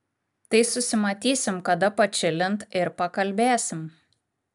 tai susimatysim kada pačilint ir pakalbėsim